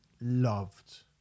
loved